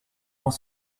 dans